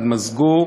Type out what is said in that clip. התמזגו,